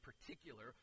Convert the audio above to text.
particular